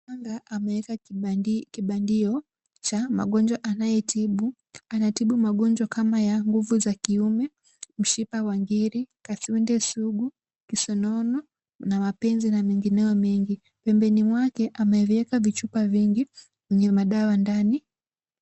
Mganga ameweka kibandio cha mgojwa anayetibu, anatibu magonjwa kama nguvu za kiume, mshipa wa ngiri, kaswende sugu, kisonono na mapenzi na mengineo mengi. Pembeni mwake ameweka vichupa vingi vyenye madawa ndani.